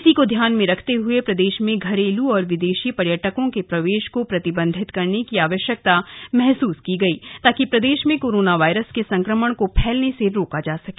इसी को ध्यान में रखते हुए प्रदेश में घरेलू और विदेशी पर्यटकों के प्रवेश को प्रतिबंधित करने की आवश्यकता महसूस की गई ताकि प्रदेश में कोरोना वायरस के संक्रमण को फैलने से रोका जा सके